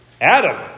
Adam